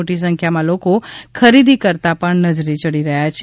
મોટી સંખ્યામાં લોકો ખરીદી કરતા નજરે ચડી રહ્યા છે